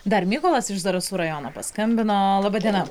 dar mykolas iš zarasų rajono paskambino laba diena